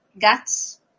guts